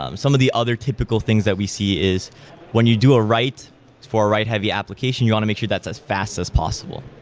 um some of the other typical things that we see is when you do a write for a write heavy application, you want to make sure that's as fast as possible.